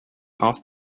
off